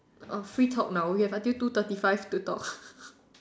oh free talk now we have until two thirty five to talk